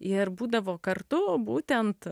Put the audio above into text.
ir būdavo kartu o būtent